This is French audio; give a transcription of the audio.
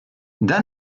dan